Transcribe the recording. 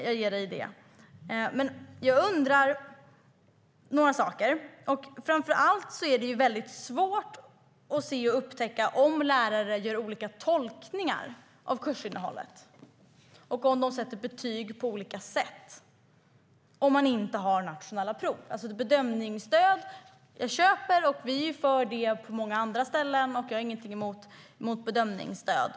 Jag undrar dock några saker. Framför allt att det är svårt att se och upptäcka om lärare gör olika tolkningar av kursinnehållet och om de sätter betyg på olika sätt, ifall man inte har nationella prov. Jag köper bedömningsstöd; vi är för det på många ställen. Jag har ingenting emot bedömningsstöd.